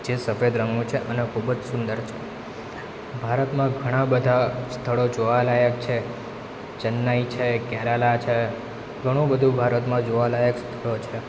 જે સફેદ રંગનું છે અને ખૂબ જ સુંદર છે ભારતમાં ઘણાં બધાં સ્થળો જોવાલાયક છે ચેન્નઈ છે કેરાલા છે ઘણું બધું ભારતમાં જોવાલાયક સ્થળો છે